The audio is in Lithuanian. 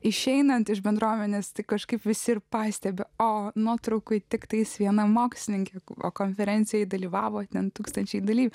išeinant iš bendruomenės kažkaip visi ir paistė be o nuotraukoje tiktais viena mokslininkė o konferencijai dalyvavote tūkstančiai dalyvių